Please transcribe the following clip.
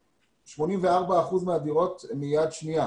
84 אחוזים מהדירות הן יד שנייה